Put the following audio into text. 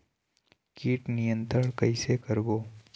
कीट नियंत्रण कइसे करबो?